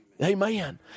Amen